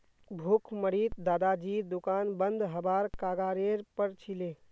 भुखमरीत दादाजीर दुकान बंद हबार कगारेर पर छिले